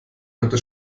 heute